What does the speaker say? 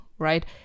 Right